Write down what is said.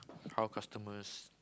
how customers